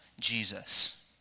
Jesus